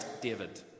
David